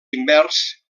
invers